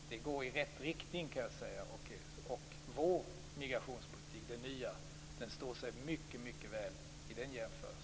Det går i rätt riktning. Vår nya migrationspolitik står sig mycket väl i jämförelse.